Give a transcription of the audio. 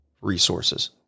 resources